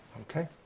Okay